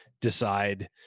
decide